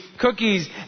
cookies